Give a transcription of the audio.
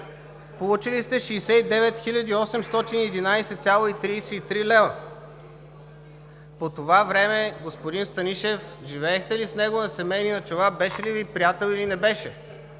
получили ли сте 69 811,33 лв.? По това време с господин Станишев живеехте ли на семейни начала, беше ли Ви приятел, или не беше?